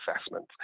assessment